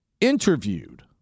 interviewed